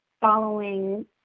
following